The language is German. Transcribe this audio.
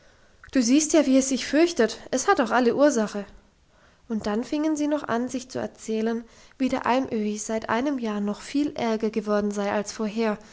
du siehst ja wie es sich fürchtet es hat auch alle ursache und dann fingen sie noch an sich zu erzählen wie der alm öhi seit einem jahr noch viel ärger geworden sei als vorher